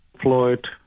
Floyd